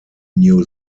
new